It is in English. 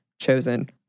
chosen